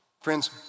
Friends